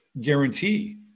guarantee